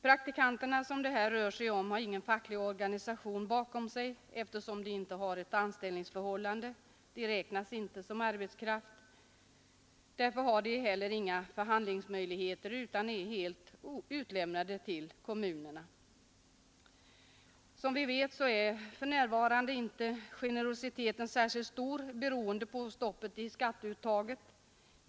Praktikanterna, som det här rör sig om, har ingen facklig organisation bakom sig eftersom de inte har ett anställningsförhållande. De räknas inte som arbetskraft. Därför har de inga förhandlingsmöjligheter utan är helt utlämnade till kommunerna. Som vi vet är generositeten för närvarande inte särskilt stor, beroende på stoppet i skatteuttaget.